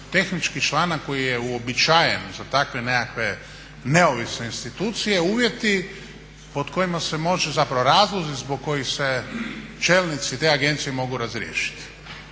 tehnički članak koji je uobičajen za takve nekakve neovisne institucije, uvjeti pod kojima se može, zapravo razlozi zbog kojih se čelnici te agencije mogu razriješiti.